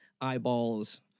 eyeballs